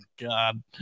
God